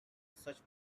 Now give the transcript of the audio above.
such